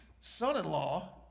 son-in-law